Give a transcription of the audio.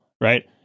right